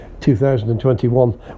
2021